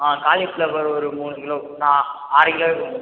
ஆமாம் காளிஃபிளவர் ஒரு மூணு கிலோ நா ஆறு கிலோவே கொடுங்க